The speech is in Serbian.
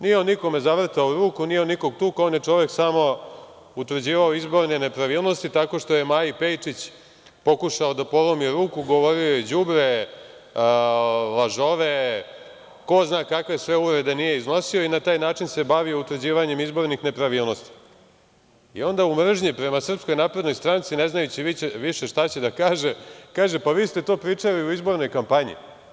Nije on nikome zavrtao ruku, nije on nikog tukao, on je čovek samo utvrđivao izborne nepravilnosti, tako što je Maji Pejčić, pokušao da polomi ruku, govorio joj je đubre, lažove, ko zna kakve sve uvrede nije iznosio i na taj način se bavio utvrđivanjem izbornih nepravilnosti i onda u mržnji prema SNS, ne znajući više šta će da kaže, pa kaže – vi ste to pričali u izbornoj kampanji.